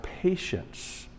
patience